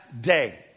day